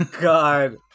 God